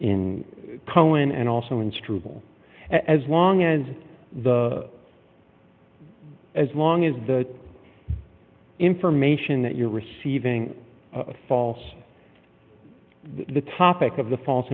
cohen and also in struble as long as the as long as the information that you're receiving a false the topic of the false